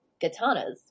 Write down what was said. katanas